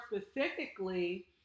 specifically